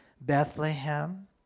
Bethlehem